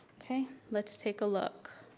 okay, let's take a look.